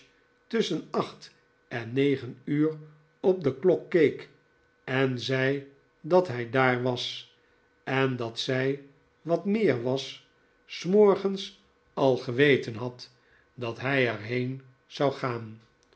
tusschen acht en negen uur op de klok keek en zei dat hij daar was en dat zij wat meer was s morgens al geweten had dat hij er heen zou gaan